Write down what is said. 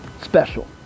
special